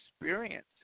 experience